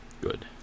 Good